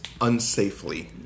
unsafely